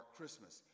Christmas